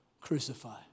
crucify